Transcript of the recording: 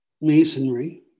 masonry